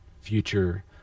future